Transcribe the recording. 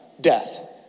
death